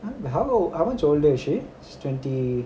!huh! but how old how much older is she she's twenty